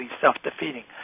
self-defeating